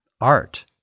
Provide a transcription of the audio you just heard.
art